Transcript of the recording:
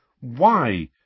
Why